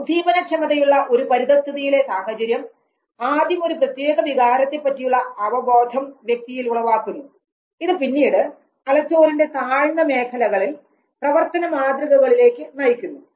ഉദ്ദീപന ക്ഷമതയുള്ള ഒരു പരിതസ്ഥിതിയിലെ സാഹചര്യം ആദ്യം ഒരു പ്രത്യേക വികാരത്തെ പറ്റിയുള്ള അവബോധം വ്യക്തിയിൽ ഉളവാക്കുന്നു ഇത് പിന്നീട് തലച്ചോറിൻറെ താഴ്ന്ന മേഖലകളിൽ പ്രവർത്തന മാതൃകയിലേക്ക് നയിക്കുന്നു